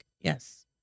Yes